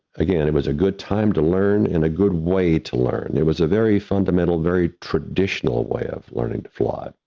again, it was a good time to learn in a good way to learn. it was a very fundamental, very traditional way of learning to fly.